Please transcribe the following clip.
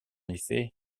effet